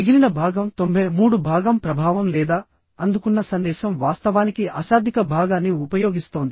మిగిలిన భాగం 93 భాగం ప్రభావం లేదా అందుకున్న సందేశం వాస్తవానికి అశాబ్దిక భాగాన్ని ఉపయోగిస్తోంది